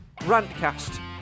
Rantcast